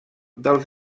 dels